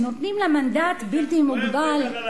נותנים לה מנדט בלתי מוגבל.